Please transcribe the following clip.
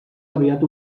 aviat